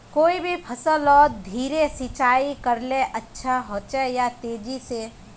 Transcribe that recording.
कोई भी फसलोत धीरे सिंचाई करले अच्छा होचे या तेजी से?